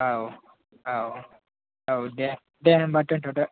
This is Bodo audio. औ औ औ दे दे होमबा दोनथ'दो